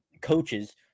coaches